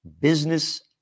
business